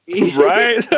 right